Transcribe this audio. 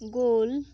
goal